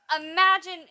Imagine